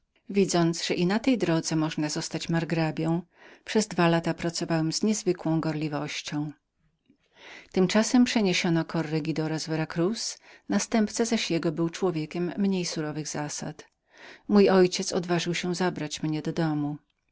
widząc że i na tej drodze można było zostać margrabią przez dwa lata pracowałem z niezwykłą gorliwością tymczasem przeniesiono korregidora z vera cruz następca zaś jego był człowiekiem mniej surowych zasad mój ojciec odważył się na odebranie mnie do domu